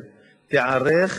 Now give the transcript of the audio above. האלה,